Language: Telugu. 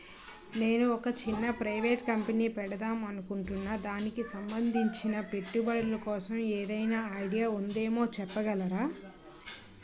నేను ఒక చిన్న ప్రైవేట్ కంపెనీ పెడదాం అనుకుంటున్నా దానికి సంబందించిన పెట్టుబడులు కోసం ఏదైనా ఐడియా ఉందేమో చెప్పగలరా?